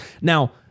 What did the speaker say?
Now